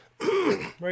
right